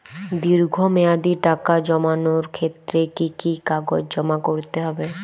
দীর্ঘ মেয়াদি টাকা জমানোর ক্ষেত্রে কি কি কাগজ জমা করতে হবে?